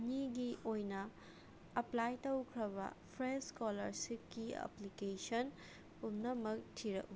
ꯑꯅꯤꯒꯤ ꯑꯣꯏꯅ ꯑꯦꯄ꯭ꯂꯥꯏ ꯇꯧꯈ꯭ꯔꯕ ꯐ꯭ꯔꯦꯁ ꯏꯁꯀꯣꯂꯔꯁꯤꯞꯀꯤ ꯑꯦꯄ꯭ꯂꯤꯀꯦꯁꯟ ꯄꯨꯝꯅꯃꯛ ꯊꯤꯔꯛꯎ